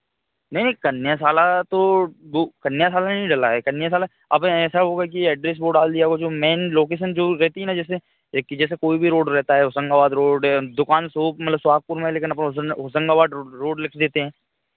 नहीं नहीं कन्या साला तो वह कन्या साला नहीं डाला है कन्या साला अब ऐसा होगा कि यह एड्रेस वह डाल दिया वह जो मेन लोकेशन जो रहती है ना जैसे कि एक जैसे कोई भी रोड रहता है वह होशंगबाद रोड दुकान शॉप मतलब सुहागपुर में है लेकिन अब होशंगाबाद रोड रोड लिख कर देते हैं